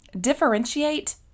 Differentiate